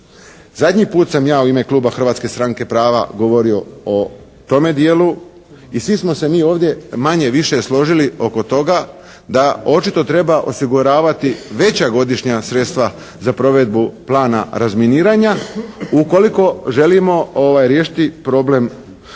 Zadnji put sam ja u ime kluba Hrvatske stranke prava govorio o tome dijelu i svi smo se mi ovdje manje-više složili oko toga da očito treba osiguravati veća godišnja sredstva za provedbu plana razminiranja ukoliko želimo riješiti problem čišćenja